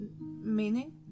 meaning